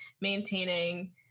maintaining